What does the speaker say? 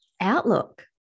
outlook